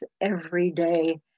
everyday